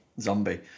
zombie